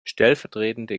stellvertretende